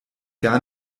gar